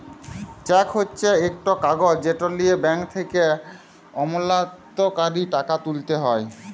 cheque হছে ইকট কাগজ যেট লিঁয়ে ব্যাংক থ্যাকে আমলাতকারী টাকা তুইলতে পারে